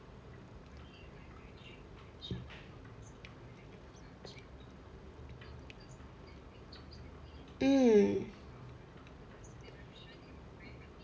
mm